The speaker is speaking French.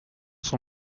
son